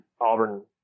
Auburn